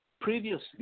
previously